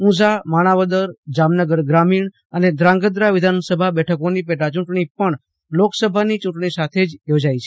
ઉંઝા માણાવદર જામનગર ગ્રામીણ અને ધ્રાંગધ્રા વિધાનસભા બેઠકોની પેટા ચૂંટણી પણ લોકસભાની ચૂંટણી સાથે જ યોજાઇ છે